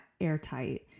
airtight